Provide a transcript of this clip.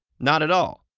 not at all.